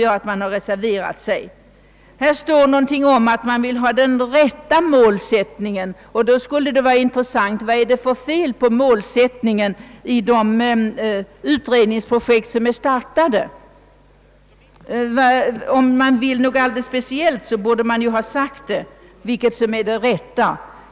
I reservationen står att åt insatserna skall ges »den rätta målsättningen». Det skulle då vara intressant att få höra vad det är för fel på målsättningen för de utredningsprojekt: som startats. Om man vill något speciellt bör man ju tala om, vad som är det rätta.